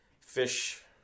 fish